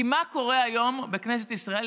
כי מה קורה היום בכנסת ישראל,